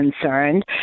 concerned